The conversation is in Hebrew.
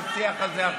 לא באופן חד-צדדי,